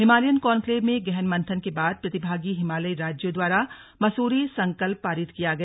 Himalayan conclave में गहन मंथन के बाद प्रतिभागी हिमालयी राज्यों द्वारा मसूरी संकल्प पारित किया गया